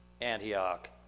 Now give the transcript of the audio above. Antioch